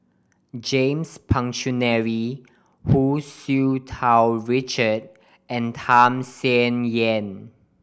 James Puthucheary Hu Tsu Tau Richard and Tham Sien Yen